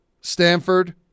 Stanford